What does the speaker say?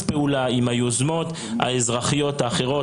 פעולה עם היוזמות הישראליות האחרות?